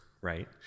right